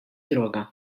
droga